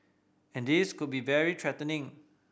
and this could be very threatening